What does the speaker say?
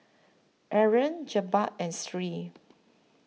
Aaron Jebat and Sri